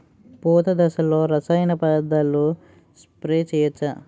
పూత దశలో రసాయన పదార్థాలు స్ప్రే చేయచ్చ?